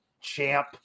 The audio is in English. champ